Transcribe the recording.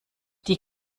die